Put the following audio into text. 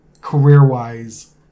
career-wise